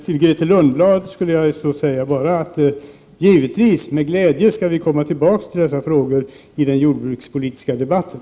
Till Grethe Lundblad vill jag bara säga att vi givetvis med glädje skall komma tillbaka till dessa frågor i den jordbrukspolitiska debatten.